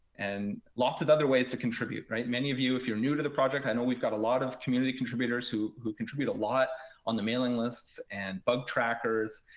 and lots of other ways to contribute. many of you, if you're new to the project, i know we've got a lot of community contributors who who contribute a lot on the mailing lists and bug-trackers.